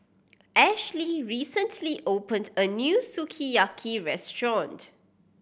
Ashleigh recently opened a new Sukiyaki Restaurant